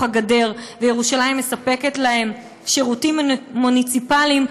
הגדר וירושלים מספקת להם שירותים מוניציפליים,